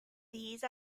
these